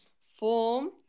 form